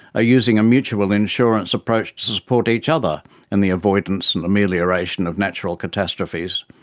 are using a mutual insurance approach to support each other in the avoidance and amelioration of natural catastrophes.